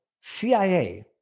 CIA